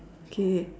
okay